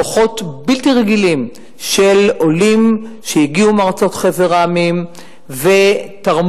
כוחות בלתי רגילים של עולים שהגיעו מחבר המדינות ותרמו,